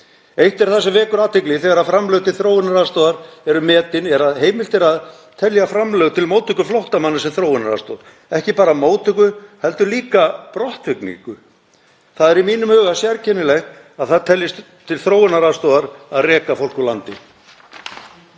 Eitt er það sem vekur athygli þegar framlög til þróunaraðstoðar eru metin, þ.e. að heimilt er að telja framlög til móttöku flóttamanna sem þróunaraðstoð, og ekki bara móttöku heldur líka brottvikningu. Það er í mínum huga sérkennilegt að það teljist til þróunaraðstoðar að reka fólk úr landi.